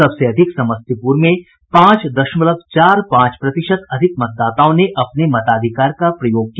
सबसे अधिक समस्तीपूर में पांच दशमलव चार पांच प्रतिशत अधिक मतदाताओं ने अपने मताधिकार का प्रयोग किया